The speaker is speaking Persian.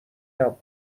نبود